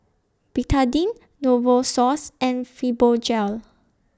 Betadine Novosource and Fibogel